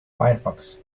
firefox